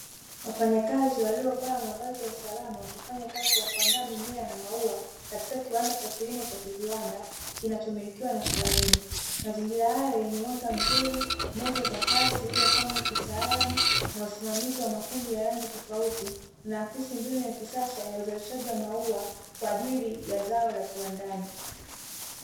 Wafanyakazi waliovaa wavazi ya usalama wakifanya kazi ya kuandaa mimea na maua katika kiwanda cha kilimo cha kiviwanda kinachomilikiwa na flamingo, mazingira hayo yenye mwanga mzuri meza za kazi zilizopangwa kitaalamu na usmamizi wa makundi ya rangi tofauti wanaakisi mbinu ya kisasa kwa ajili ya zao la kiwandani.